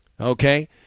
Okay